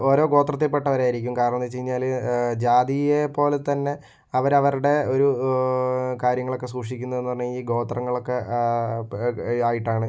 ഓരോ ഗോത്രത്തിൽ പെട്ടവരായിരിക്കും കാരണമെന്ന് വെച്ച് കഴിഞ്ഞാല് ജാതിയെ പോലെ തന്നെ അവര് അവരുടെ ഒരു കാര്യങ്ങളൊക്കെ സൂക്ഷിക്കുന്നത് എന്ന് പറഞ്ഞാൽ ഈ ഗോത്രങ്ങൾ ഒക്കെ ആയിട്ടാണ്